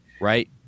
Right